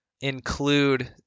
include